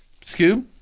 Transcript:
Scoob